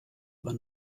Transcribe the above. aber